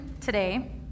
today